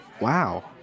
Wow